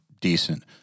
decent